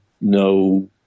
no